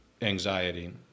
anxiety